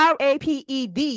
raped